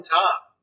time